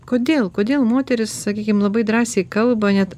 kodėl kodėl moterys sakykim labai drąsiai kalba net